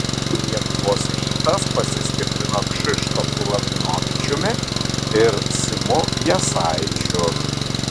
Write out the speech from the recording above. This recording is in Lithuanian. lietuvos rytas pasistiprino kšištofu lavrinovičiumi ir simu jasaičiu